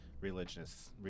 religious